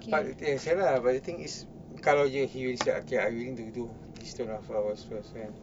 but eh ya lah but the thing is kalau he is okay I willing to do these two hours first kan